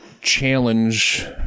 challenge